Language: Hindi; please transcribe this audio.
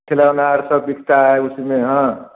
खिलौना और सब बिकता है उसमें हाँ